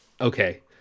Okay